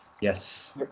yes